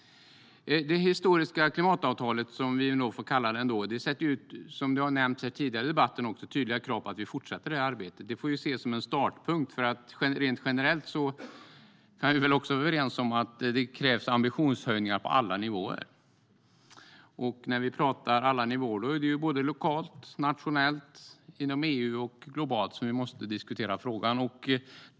Det historiska klimatavtalet, som vi nog ändå får kalla det, ställer tydliga krav på att vi fortsätter arbetet, som har nämnts här tidigare under debatten. Det får ses som en startpunkt. Rent generellt kan vi också vara överens om att det krävs ambitionshöjningar på alla nivåer. När vi talar om alla nivåer är det lokalt, nationellt, inom EU och globalt som vi måste diskutera frågan.